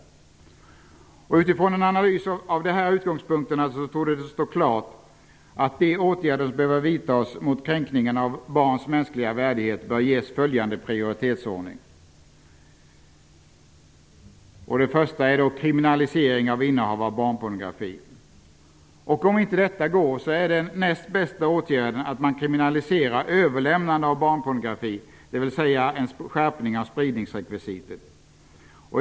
Utifrån analyser av dessa utgångspunkter torde det stå klart att de åtgärder som behöver vidtas mot kränkningen av barns mänskliga värdighet bör ges följande prioritetsordning: Det första är kriminalisering av innehav av barnpornografi. Om inte det går är den näst bästa åtgärden att kriminalisera överlämnandet av barnpornografi, dvs. en skärpning av spridningsrekvisitet.